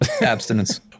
Abstinence